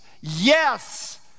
yes